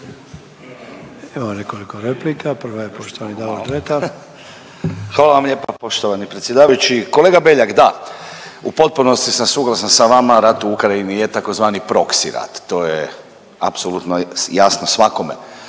Imamo nekoliko replika, prva je poštovani Davor Dretar. **Dretar, Davor (DP)** Hvala vam lijepa poštovani predsjedavajući. Kolega Beljak da, u potpunosti sam suglasan sa vama, rat u Ukrajini je tzv. proksi rat, to je apsolutno jasno svakome